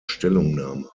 stellungnahme